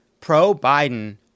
pro-Biden